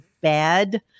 bad